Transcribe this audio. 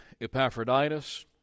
epaphroditus